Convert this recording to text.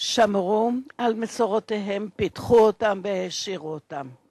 שמרו על מסורותיהן, פיתחו אותן והעשירו אותן.